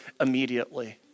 immediately